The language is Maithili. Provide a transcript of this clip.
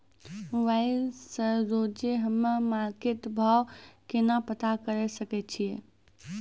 मोबाइल से रोजे हम्मे मार्केट भाव केना पता करे सकय छियै?